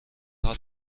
حال